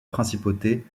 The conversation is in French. principauté